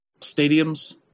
stadiums